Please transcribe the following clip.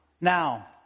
Now